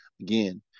Again